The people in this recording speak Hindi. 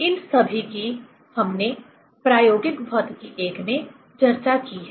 इन सभी की हमने प्रायोगिक भौतिकी I में चर्चा की है